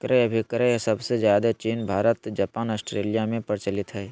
क्रय अभिक्रय सबसे ज्यादे चीन भारत जापान ऑस्ट्रेलिया में प्रचलित हय